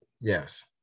Yes